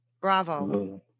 bravo